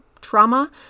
trauma